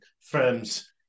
firm's